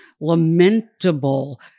lamentable